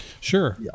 Sure